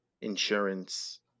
insurance